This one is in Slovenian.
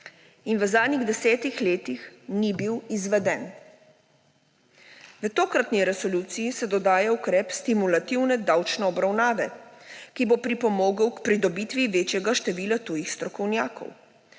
in v zadnjih desetih letih ni bil izveden. V tokratni resoluciji se dodaja ukrep stimulativne davčne obravnave, ki bo pripomogel k pridobitvi večjega števila tujih strokovnjakov.